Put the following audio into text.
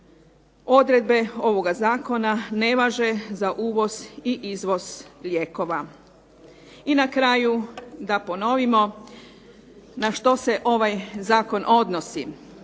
odredbe ovoga zakona ne važe za uvoz i izvoz lijekova. I na kraju da ponovimo na što se ovaj zakon odnosi.